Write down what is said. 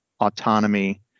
autonomy